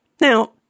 Now